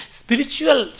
spiritual